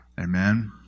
Amen